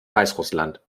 weißrussland